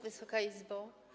Wysoka Izbo!